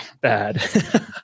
bad